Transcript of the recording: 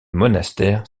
monastère